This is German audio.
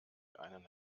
einen